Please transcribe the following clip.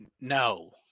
no